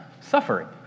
suffering